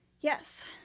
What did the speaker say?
Yes